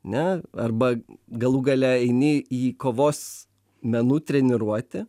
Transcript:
ne arba galų gale eini į kovos menų treniruotę